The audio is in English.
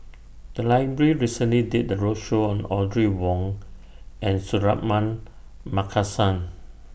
The Library recently did A roadshow on Audrey Wong and Suratman Markasan